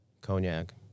cognac